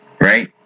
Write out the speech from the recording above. right